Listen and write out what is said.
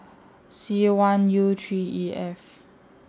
C one U three E F